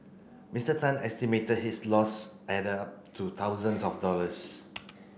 Mister Tan estimated his loss added up to thousands of dollars